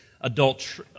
adult